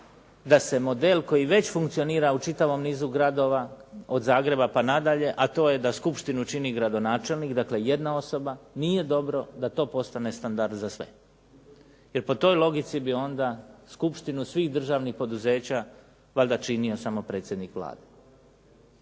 da se model koji već funkcionira u čitavom nizu gradova, od Zagreba pa nadalje, a to je da skupštinu čini gradonačelnik dakle jedna osoba, nije dobro da to postane standard za sve. Jer po toj logici bi onda skupštinu svih državnih poduzeća valjda činio samo predsjednik Vlade.